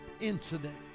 incident